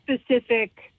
specific